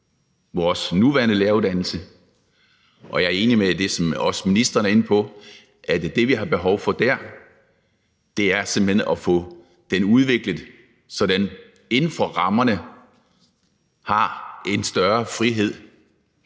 vores nuværende læreruddannelse. Og jeg er enig i det, som også ministeren er inde på, nemlig at det, vi har behov for der, simpelt hen er at få den udviklet, så den inden for rammerne har en større frihed